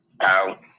out